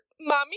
mommy